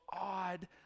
odd